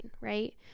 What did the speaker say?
right